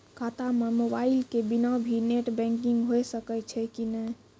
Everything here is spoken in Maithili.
खाता म मोबाइल के बिना भी नेट बैंकिग होय सकैय छै कि नै?